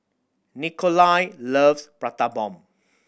Nikolai loves Prata Bomb